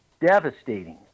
devastating